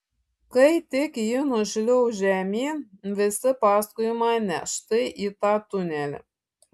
kai tik ji nušliauš žemyn visi paskui mane štai į tą tunelį